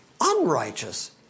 unrighteous